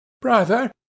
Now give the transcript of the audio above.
Brother